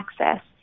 access